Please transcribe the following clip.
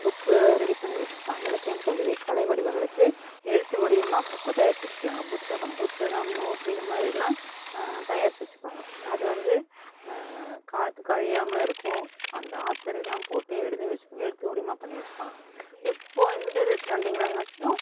book ready பண்ணி வச்சுப்பாங்க இலக்கியம் கவிதை கலை வடிவங்களுக்கு எழுத்து வடிவமாக புக்கு தயாரித்து வச்சுக்கிறாங்க புத்தகம் புத்தகம் நோட்டு இதுமாதிரிலான் தயாரித்து வச்சுப்பாங்க அதை வந்து காலத்துக்கும் அழியாமால் இருக்கும் அந்த ஆத்தரையெலாம் போட்டு எழுதி எழுத்து வடிவமாக பண்ணி வச்சுப்பாங்க இப்போது இந்த ட்ரெண்டிங்கில் எல்லாத்தையும்